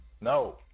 No